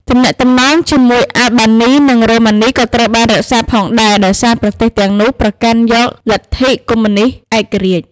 ទំនាក់ទំនងជាមួយអាល់បានី និងរូម៉ានី ក៏ត្រូវបានរក្សាផងដែរ ដោយសារប្រទេសទាំងនោះប្រកាន់យកលទ្ធិកុម្មុយនីស្តឯករាជ្យ។